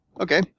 Okay